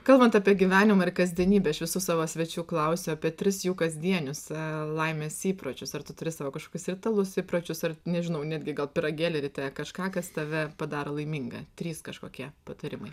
kalbant apie gyvenimą ir kasdienybę aš visų savo svečių klausiu apie tris jų kasdienius laimės įpročius ar tu turi savo kažkokius ritualus įpročius ar nežinau netgi gal pyragėlį ryte kažką kas tave padaro laimingą trys kažkokie patarimai